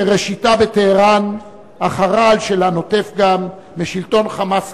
שראשיתה בטהרן אך הרעל שלה נוטף גם משלטון "חמאס"